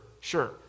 sure